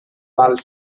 val